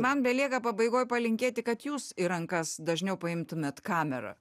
man belieka pabaigoj palinkėti kad jūs į rankas dažniau paimtumėt kamerą